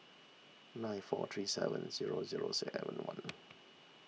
nine four three seven zero zero seven one